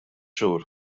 xhur